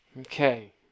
Okay